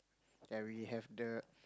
that we have the